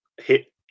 hit